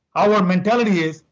our mentality is,